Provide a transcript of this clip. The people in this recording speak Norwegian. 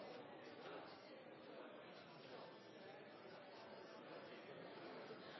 president,